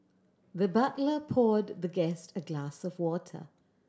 the butler poured the guest a glass of water